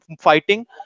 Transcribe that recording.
fighting